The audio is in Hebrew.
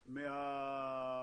מהתחזית.